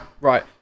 Right